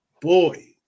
boy